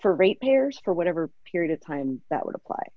for rate payers for whatever period of time that would apply